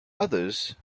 others